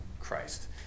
Christ